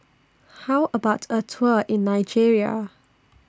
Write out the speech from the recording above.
How about A Tour in Nigeria